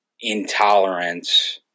intolerance